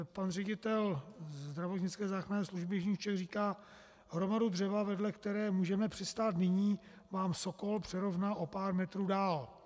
Pan ředitel zdravotnické záchranné služby jižních Čech říká hromadu dřeva, vedle které můžeme přistát nyní, vám Sokol přerovná o pár metrů dál.